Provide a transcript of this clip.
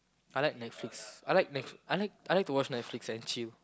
I like Netflix I like Net~ I like I like to watch Netflix and chill